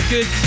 Good